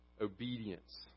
obedience